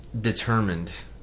determined